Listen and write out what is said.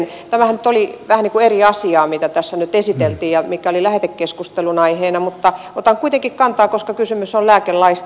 tämähän nyt oli vähän niin kuin eri asiaa kuin mitä tässä nyt esiteltiin ja mikä oli lähetekeskustelun aiheena mutta otan kuitenkin kantaa koska kysymys on lääkelaista